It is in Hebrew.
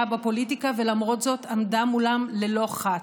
בפוליטיקה ולמרות זאת עמדה מולה ללא חת.